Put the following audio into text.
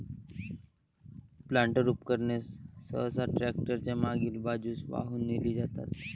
planter उपकरणे सहसा tractor च्या मागील बाजूस वाहून नेली जातात